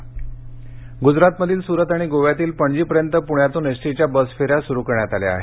पणे गजरात गुजरातमधील सुरत आणि गोव्यातील पणजीपर्यंत पुण्यातून एसटीच्या बस फेऱ्या सुरू करण्यात आल्या आहेत